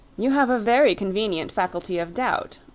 you have a very convenient faculty of doubt.